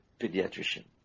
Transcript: pediatrician